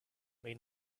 may